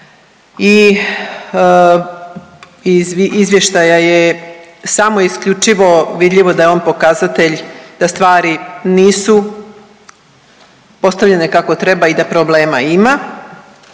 iz izvještaja je samo i isključivo vidljivo da je on pokazatelj da stvari nisu postavljene kako treba i da problema ima,